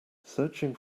searching